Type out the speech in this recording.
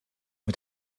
mit